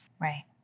Right